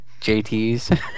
JTs